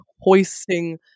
hoisting